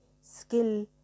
skill